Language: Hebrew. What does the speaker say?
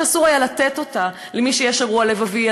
שאסור לתת אותה למי שיש לו אירוע לבבי,